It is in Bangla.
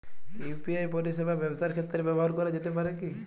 ইউ.পি.আই পরিষেবা ব্যবসার ক্ষেত্রে ব্যবহার করা যেতে পারে কি?